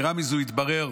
יתרה מזו, התברר